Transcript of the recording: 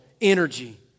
energy